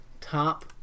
top